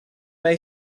may